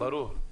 ברור.